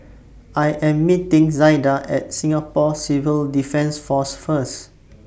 I Am meeting Zaida At Singapore Civil Defence Force First